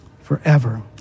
forever